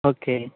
okay